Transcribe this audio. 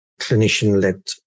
clinician-led